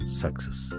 success